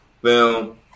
film